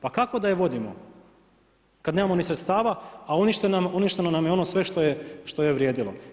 Pa kako da je vodimo kad nemamo ni sredstava a uništeno nam je ono sve što vrijedilo.